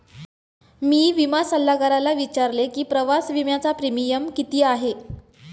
मी विमा सल्लागाराला विचारले की प्रवास विम्याचा प्रीमियम किती आहे?